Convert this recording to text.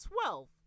twelve